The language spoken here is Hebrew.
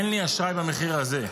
אין לי אשראי במחיר הזה,